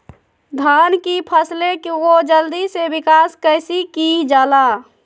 धान की फसलें को जल्दी से विकास कैसी कि जाला?